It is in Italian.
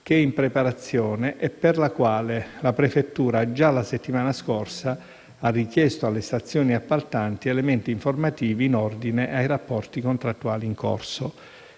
che è in preparazione e per la quale la prefettura, già la settimana scorsa, ha richiesto alle stazioni appaltanti elementi informativi in ordine ai rapporti contrattuali in corso.